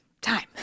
time